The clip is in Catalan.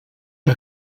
que